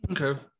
Okay